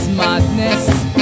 madness